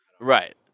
Right